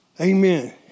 Amen